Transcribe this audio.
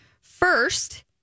First